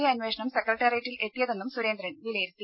A അന്വേഷണം സെക്രട്ടറിയേറ്റിൽ എത്തിയതെന്നും സുരേന്ദ്രൻ വിലയിരുത്തി